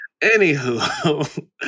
Anywho